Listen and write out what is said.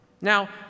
Now